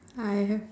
I have